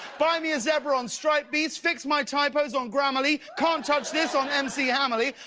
buy me a zebra on stripedbeast, fix my typos on grammarly, can't touch this on mc hammerly,